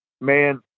Man